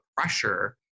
pressure